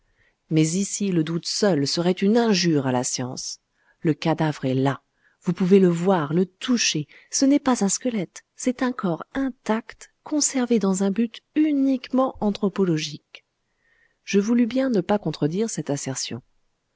mais ici le doute seul serait une injure à la science le cadavre est là vous pouvez le voir le toucher ce n'est pas un squelette c'est un corps intact conservé dans un but uniquement anthropologique je voulus bien ne pas contredire cette assertion